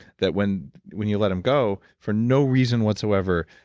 that when when you let them go, for no reason whatsoever,